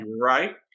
right